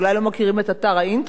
אתם אולי לא מכירים את אתר האינטרנט,